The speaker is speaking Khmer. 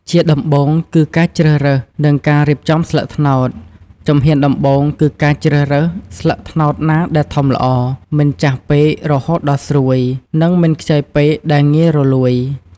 ជាដំបូងគឺ ការជ្រើសរើស និងការរៀបចំស្លឹកត្នោត ជំហានដំបូងគឺការជ្រើសរើស ស្លឹកត្នោតណាដែលធំល្អ មិនចាស់ពេករហូតដល់ស្រួយ និងមិនខ្ចីពេកដែលងាយរលួយ។